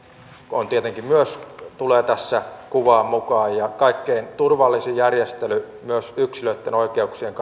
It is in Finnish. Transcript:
tietenkin myös tulee tässä kuvaan mukaan ja kaikkein turvallisin järjestely myös yksilöitten oikeuksien